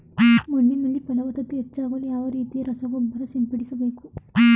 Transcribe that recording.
ಮಣ್ಣಿನಲ್ಲಿ ಫಲವತ್ತತೆ ಹೆಚ್ಚಾಗಲು ಯಾವ ರೀತಿಯ ರಸಗೊಬ್ಬರ ಸಿಂಪಡಿಸಬೇಕು?